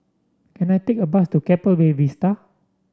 can I take a bus to Keppel Bay Vista